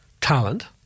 talent